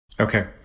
Okay